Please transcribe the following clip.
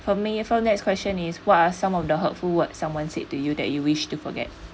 for me so next question is what are some of the hurtful words someone said to you that you wish to forget